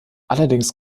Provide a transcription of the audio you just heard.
allerdings